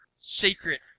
secret